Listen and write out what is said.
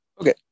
Okay